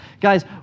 Guys